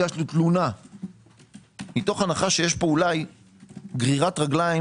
הגשנו תלונה מתוך הנחה שיש פה אולי גרירת רגליים,